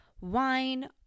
wine